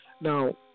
now